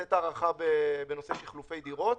לתת הארכה בנושא שחלופי דירות.